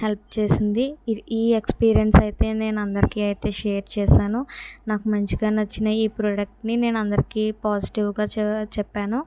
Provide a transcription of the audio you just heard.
help చేసింది ఈ experience అయితే నేను అందరికీ అయితే షేర్ చేసాను నాకు మంచిగా నచ్చిన నేను అందరికీ పాజిటివ్గా చెప్పాను